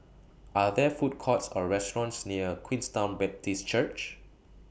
Are There Food Courts Or restaurants near Queenstown Baptist Church